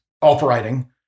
operating